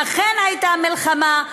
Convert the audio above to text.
אכן הייתה מלחמה,